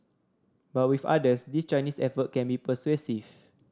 but with others these Chinese effort can be persuasive